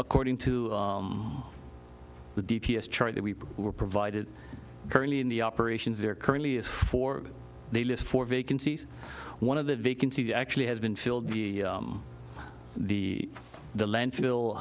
according to the d p s chart that we were provided currently in the operations there currently is four they list for vacancies one of the vacancies actually has been filled the the the landfill